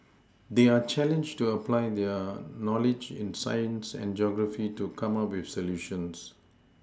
they are challenged to apply their knowledge in science and geography to come up with solutions